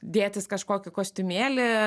dėtis kažkokį kostiumėlį